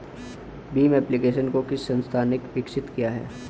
Bhim application को किस संस्था ने विकसित किया है?